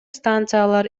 станциялар